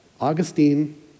Augustine